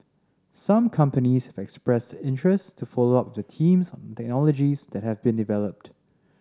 some companies expressed interest to follow up with the teams on the technologies that have been developed